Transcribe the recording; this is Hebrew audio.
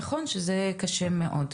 נכון שזה קשה מאוד.